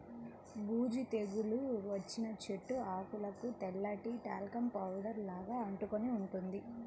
బూజు తెగులు వచ్చిన చెట్టు ఆకులకు తెల్లటి టాల్కమ్ పౌడర్ లాగా అంటుకొని ఉంటుంది